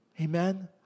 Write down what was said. Amen